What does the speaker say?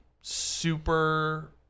super